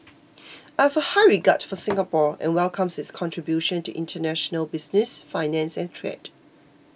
I have a high regard for Singapore and welcome its contribution to international business finance and trade